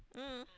mm